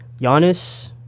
Giannis